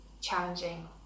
challenging